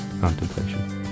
contemplation